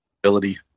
ability